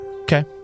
okay